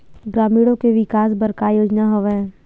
ग्रामीणों के विकास बर का योजना हवय?